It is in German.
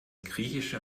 griechische